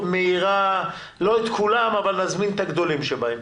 מהירה, לא את כולם, אבל את הגדולים שבהם.